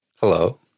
Hello